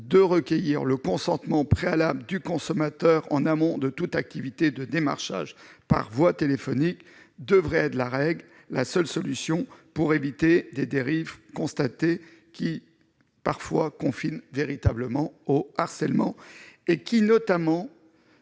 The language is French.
de recueillir le consentement préalable du consommateur en amont de toute activité de démarchage par voie téléphonique devrait être la règle. C'est la seule solution pour éviter les dérives constatées, qui confinent vraiment, parfois, au harcèlement et qui, en